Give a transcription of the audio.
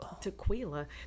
tequila